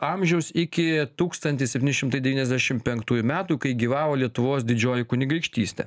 amžiaus iki tūkstantis septyni šimtai devyniasdešim penktųjų metų kai gyvavo lietuvos didžioji kunigaikštystė